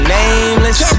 nameless